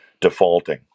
defaulting